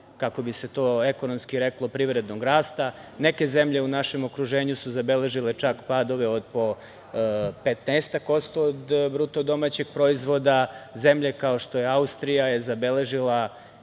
kako bi se to ekonomski reklo, privrednog rasta. Neke zemlje u našem okruženju su zabeležile čak padove od po 15% BDP, zemlje kao što je Austrija je zabeležila